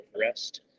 rest